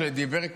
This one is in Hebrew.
שדיבר כאן,